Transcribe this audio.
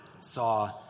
saw